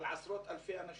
על עשרות אלפי אנשים,